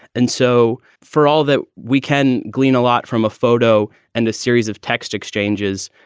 and so for all that, we can glean a lot from a photo and a series of text exchanges.